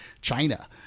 China